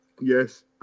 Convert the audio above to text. yes